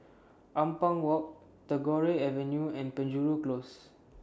Ampang Walk Tagore Avenue and Penjuru Close